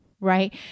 right